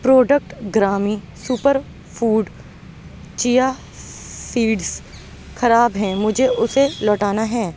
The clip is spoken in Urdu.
پروڈکٹ گرامی سوپر فوڈ چیا سیڈز خراب ہیں مجھے اسے لوٹانا ہے